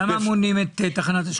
למה מונעים מתחנת אשכול?